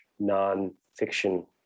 nonfiction